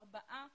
ארבעה